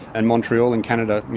and montreal in canada,